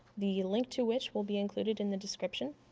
the link to which will be included in the description.